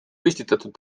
püstitatud